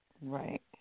Right